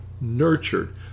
nurtured